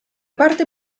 parte